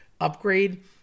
upgrade